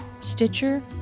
Stitcher